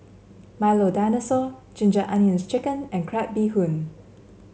Milo Dinosaur Ginger Onions chicken and Crab Bee Hoon